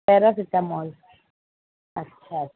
paracetamol अच्छा